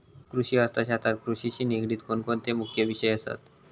कृषि अर्थशास्त्रात कृषिशी निगडीत कोणकोणते मुख्य विषय असत?